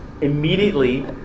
immediately